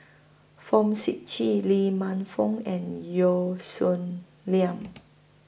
Fong Sip Chee Lee Man Fong and Yeo Song Nian